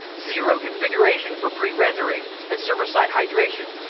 zero configuration for prerendering, and server side hydration.